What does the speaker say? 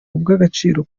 ubw’agaciro